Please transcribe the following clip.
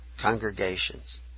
congregations